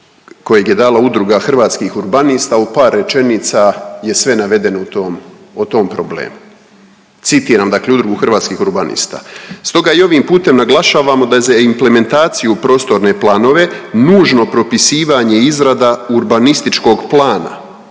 kojeg je dala Udruga hrvatskih urbanista, u par rečenica je sve navedeno u tom, o tom problemu. Citiram dakle Udrugu hrvatskih urbanista, stoga i ovim putem naglašavamo da je za implementaciju prostorne planove nužno propisivanje, izrada urbanističkog plana